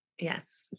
Yes